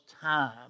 time